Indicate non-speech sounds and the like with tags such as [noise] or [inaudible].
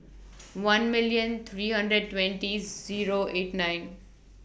[noise] one million three hundred twenty Zero eight nine